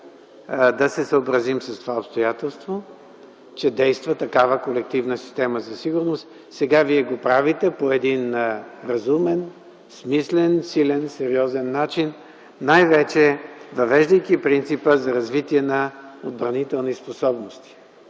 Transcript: да се съобразим с това обстоятелство, че действа такава колективна система за сигурност. Сега Вие го правите по един разумен, смислен, силен, сериозен начин, най-вече въвеждайки принципи за развитие на отбранителните способности,